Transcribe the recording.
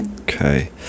Okay